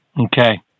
Okay